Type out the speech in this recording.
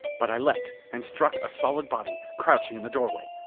but i leaped and struck a solid body, crouching in the doorway.